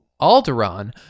Alderaan